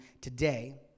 today